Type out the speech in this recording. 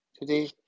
today